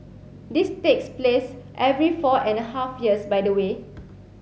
this takes place every four and a half years by the way